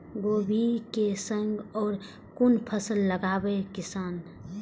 कोबी कै संग और कुन फसल लगावे किसान?